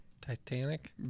Titanic